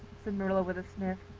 said marilla with a sniff.